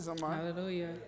Hallelujah